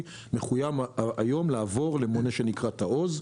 מחויב היום לעבור למונה שנקרא תעו"ז.